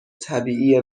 طبیعی